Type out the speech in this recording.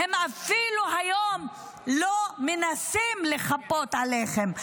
היום הם אפילו לא מנסים לחפות עליכם,